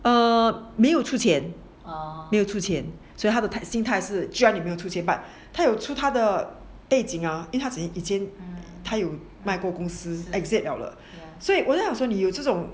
err 没有出钱没有出钱所以他的心态是竟然没有出钱 but 他有出他的背景啊因为他已经他有卖过公司 exit 了了所以我就想说你有这种